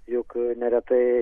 juk neretai